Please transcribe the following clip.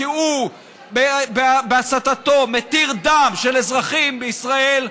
כי הוא בהסתתו מתיר דם של אזרחים בישראל,